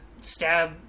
STAB